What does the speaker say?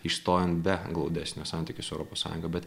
išstojant be glaudesnio santykio su europos sąjunga bet